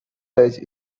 village